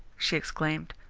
she exclaimed.